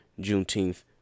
Juneteenth